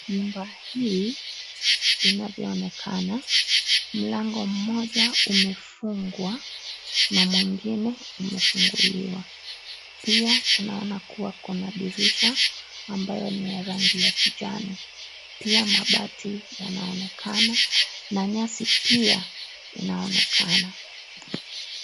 Nyumba hii inavyoonekana, mlango mmoja umefungwa na mwengine umefunguliwa. Pia tunaona kuwa kuna dirisha ambayo ni ya rangi ya kijani. Pia mabati yanaonekana na nyasi pia inaonekana.